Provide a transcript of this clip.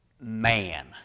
man